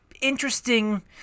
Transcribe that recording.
interesting